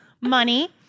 Money